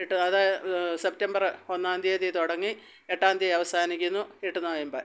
എട്ട് അത് സെപ്റ്റംബറ് ഒന്നാം തീയതി തുടങ്ങി എട്ടാം തീയതി അവസാനിക്കുന്നു എട്ട് നോയമ്പ്